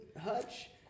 hutch